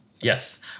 Yes